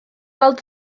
weld